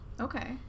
Okay